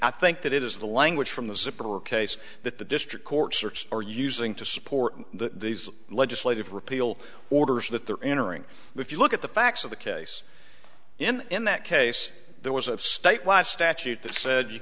i think that it is the language from the separate case that the district court search are using to support the legislative repeal orders that they're entering if you look at the facts of the case and in that case there was a statewide statute that said you